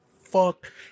fuck